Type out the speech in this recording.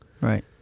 Right